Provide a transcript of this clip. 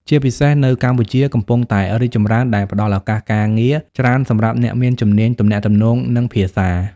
ជាពិសេសនៅកម្ពុជាកំពុងតែរីកចម្រើន ដែលផ្ដល់ឱកាសការងារច្រើនសម្រាប់អ្នកមានជំនាញទំនាក់ទំនង និងភាសា។